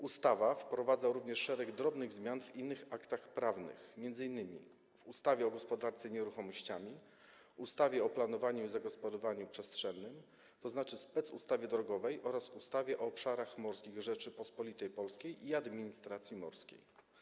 Ustawa wprowadza również szereg drobnych zmian w innych aktach prawnych, m.in. w ustawie o gospodarce nieruchomościami, ustawie o planowaniu i zagospodarowaniu przestrzennym, tzw. specustawie drogowej oraz ustawie o obszarach morskich Rzeczypospolitej Polskiej i administracji morskiej.